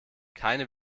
keine